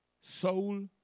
soul